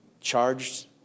charged